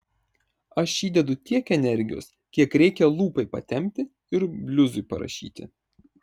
aš įdedu tiek energijos kiek reikia lūpai patempti ir bliuzui parašyti